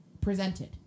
presented